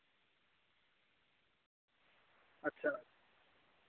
अच्छा